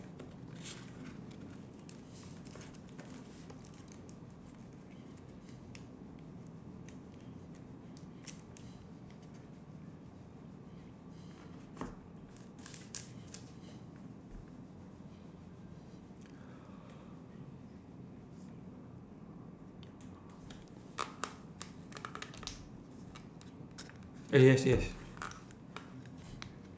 eh yes yes